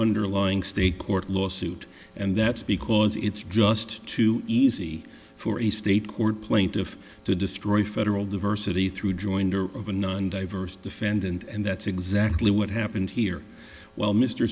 underlying state court lawsuit and that's because it's just too easy for a state court plaintiff to destroy federal diversity through joinder of a non diverse defendant and that's exactly what happened here while mr